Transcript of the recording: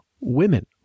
women